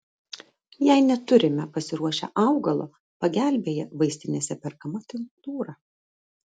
jei neturime pasiruošę augalo pagelbėja vaistinėse perkama tinktūra